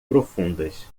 profundas